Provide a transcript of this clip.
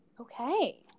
Okay